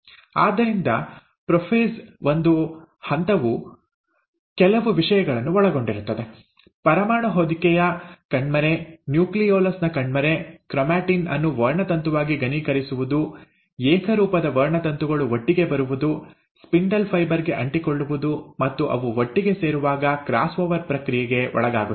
ಆದ್ದರಿಂದ ಪ್ರೊಫೇಸ್ ಒಂದು ಹಂತವು ಕೆಲವು ವಿಷಯಗಳನ್ನು ಒಳಗೊಂಡಿರುತ್ತದೆ ಪರಮಾಣು ಹೊದಿಕೆಯ ಕಣ್ಮರೆ ನ್ಯೂಕ್ಲಿಯೊಲಸ್ ನ ಕಣ್ಮರೆ ಕ್ರೊಮ್ಯಾಟಿನ್ ಅನ್ನು ವರ್ಣತಂತುವಾಗಿ ಘನೀಕರಿಸುವುದು ಏಕರೂಪದ ವರ್ಣತಂತುಗಳು ಒಟ್ಟಿಗೆ ಬರುವುದು ಸ್ಪಿಂಡಲ್ ಫೈಬರ್ ಗೆ ಅಂಟಿಕೊಳ್ಳುವುದು ಮತ್ತು ಅವು ಒಟ್ಟಿಗೆ ಸೇರುವಾಗ ಕ್ರಾಸ್ ಓವರ್ ಪ್ರಕ್ರಿಯೆಗೆ ಒಳಗಾಗುತ್ತವೆ